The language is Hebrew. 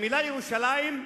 המלה "ירושלים"